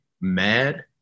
mad